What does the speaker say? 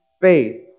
faith